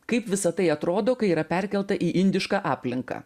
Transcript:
kaip visa tai atrodo kai yra perkelta į indišką aplinką